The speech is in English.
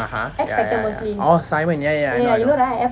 (uh huh) ya ya ya orh simon ya ya I know I know